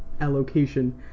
allocation